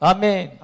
Amen